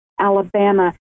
Alabama